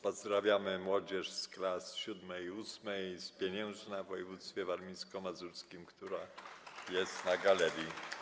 Pozdrawiamy młodzież z klas VII i VIII z Pieniężna w województwie warmińsko-mazurskim, która jest na galerii.